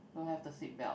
don't have the seatbelt